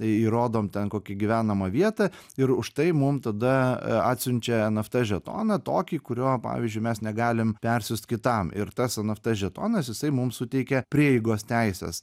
įrodom ten kokį gyvenamą vietą ir už tai mum tada atsiunčia eft žetoną tokį kurio pavyzdžiui mes negalim persiųst kitam ir tas eft žetonas jisai mums suteikia prieigos teises